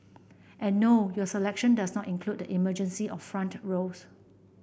and no your selection does not include the emergency or front rows